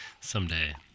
Someday